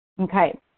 okay